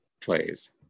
plays